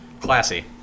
Classy